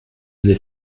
n’est